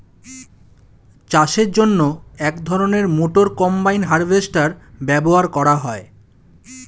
চাষের জন্য এক ধরনের মোটর কম্বাইন হারভেস্টার ব্যবহার করা হয়